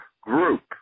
group